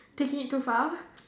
take it too far